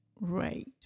right